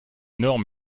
normes